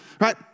right